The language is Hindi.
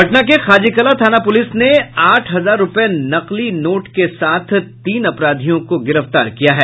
पटना के खाजेकलां थाना पुलिस ने आठ हजार रूपये नकली नोट के साथ तीन अपराधियों को गिरफ्तार किया है